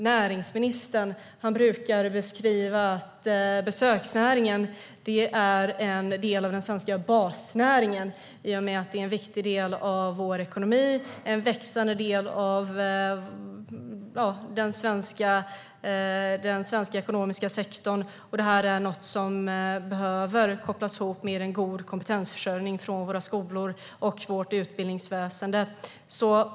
Näringsministern brukar beskriva besöksnäringen som en del av den svenska basnäringen eftersom den är en viktig och växande del av vår ekonomi. Detta behöver kopplas ihop med en god kompetensförsörjning från våra skolor och vårt utbildningsväsen.